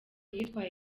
yitwaye